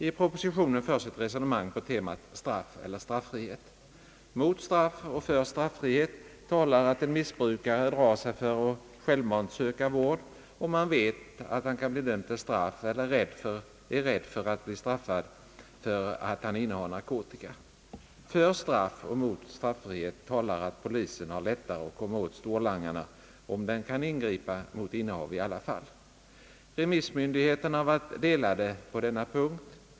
I propositionen förs ett resonemang på temat straff eller straffrihet. Mot straff och för straffrihet talar att en missbrukare drar sig för att söka vård, om han vet att han kan bli dömd för straff eller om han är rädd för att bli straffad för att han innehar narkotika. För straff och mot straffrihet talar att polisen har lättare att komma åt storlangarna om den kan ingripa mot innehav i alla fall. Remissmyndigheterna har varit delade på denna punkt.